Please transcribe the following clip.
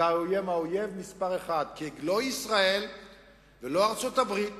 זה האויב מספר אחת, כי לא ישראל ולא ארצות-הברית